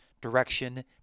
direction